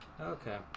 Okay